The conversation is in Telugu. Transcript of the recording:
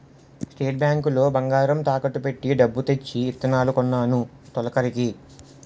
స్టేట్ బ్యాంకు లో బంగారం తాకట్టు ఎట్టి డబ్బు తెచ్చి ఇత్తనాలు కొన్నాను తొలకరికి